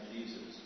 Jesus